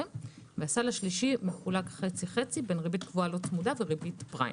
והסל השלישי מחולק חצי-חצי בין ריבית קבועה לא צמודה לריבית פריים.